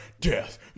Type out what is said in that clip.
death